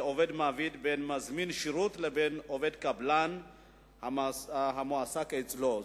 עובד ומעביד בין מזמין שירות לבין עובד קבלן המועסק אצלו.